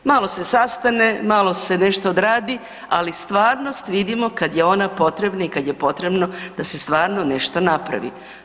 Malo se sastane, malo se nešto odradi, ali stvarnost vidimo kad je ona potrebna i kad je potrebno da se stvarno nešto napravi.